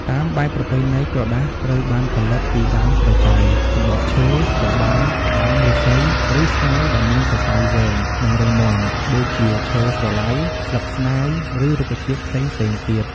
តាមបែបប្រពៃណី ក្រដាសត្រូវបានផលិតពីដើមក្រចៅ សម្បកឈើ ចំបើង ដើមឫស្សី ឬស្មៅដែលមានសរសៃវែង និងរឹងមាំ ដូចជា ឈើស្រឡៅ ស្លឹកស្នាយ ឬរុក្ខជាតិផ្សេងៗទៀត។